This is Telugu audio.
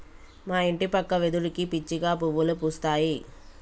మా ఇంటి పక్క వెదురుకి పిచ్చిగా పువ్వులు పూస్తాయి